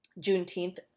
Juneteenth